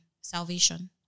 salvation